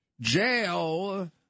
jail